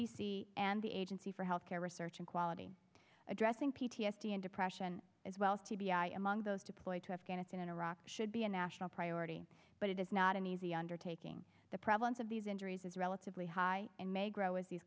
d c and the agency for health care research and quality addressing p t s d and depression as well t b i among those deployed to afghanistan and iraq should be a national priority but it is not an easy undertaking the prevalence of these injuries is relatively high and may grow as these